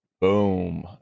Boom